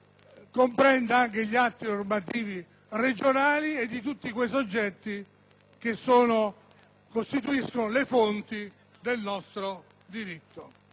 comprenda anche gli atti normativi regionali e tutti quelli che costituiscono le fonti del nostro diritto.